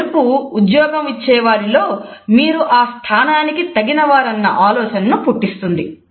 ఈ మెరుపు ఉద్యోగం ఇచ్చేవారి లో మీరు ఆ స్థానానికి తగిన వారన్న ఆలోచనను పుట్టిస్తుంది